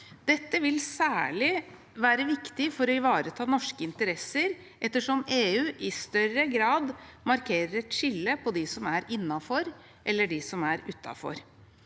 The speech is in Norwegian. Dette vil særlig være viktig for å ivareta norske interesser, ettersom EU i større grad markerer et skille mellom dem som er innenfor og dem som er utenfor.